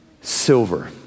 silver